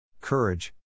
courage